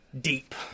deep